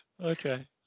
Okay